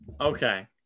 okay